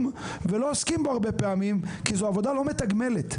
ולא עוסקים בו הרבה פעמים כי זו עבודה לא מתגמלת.